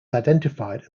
identified